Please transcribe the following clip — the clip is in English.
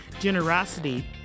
generosity